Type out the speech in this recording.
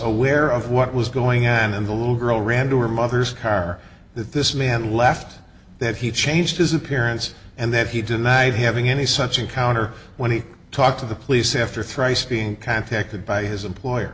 aware of what was going on in the little girl ran to her mother's car that this man left that he changed his appearance and that he denied having any such encounter when he talked to the police after thrice being contacted by his employer